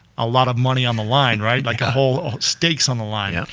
a lot of money on the line, right? like a whole stakes on the line. yeah.